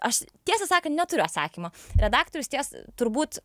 aš tiesą sakant neturiu atsakymo redaktorius ties turbūt